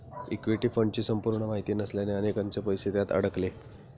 equity फंडची संपूर्ण माहिती नसल्याने अनेकांचे पैसे त्यात अडकले